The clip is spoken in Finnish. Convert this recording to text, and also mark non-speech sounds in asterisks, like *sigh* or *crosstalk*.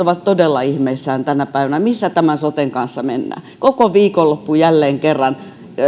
*unintelligible* ovat todella ihmeissään tänä päivänä missä soten kanssa mennään koko viikonloppu jälleen kerran